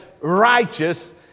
righteous